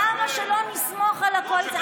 למה שלא נסמוך על הקואליציה?